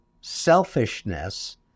selfishness